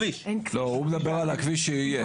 לא, הוא מדבר על הכביש שיהיה.